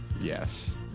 Yes